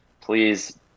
please